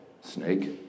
snake